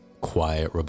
quiet